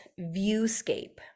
viewscape